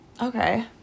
Okay